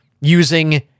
using